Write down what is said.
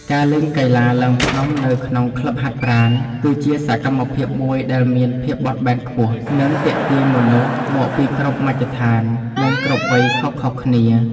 ការលេងកីឡាឡើងភ្នំនៅក្នុងក្លឹបហាត់ប្រាណ គឺជាសកម្មភាពមួយដែលមានភាពបត់បែនខ្ពស់ និងទាក់ទាញមនុស្សមកពីគ្រប់មជ្ឈដ្ឋាន និងគ្រប់វ័យខុសៗគ្នា។